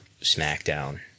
SmackDown